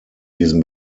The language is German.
diesen